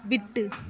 விட்டு